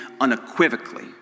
unequivocally